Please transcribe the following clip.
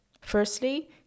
Firstly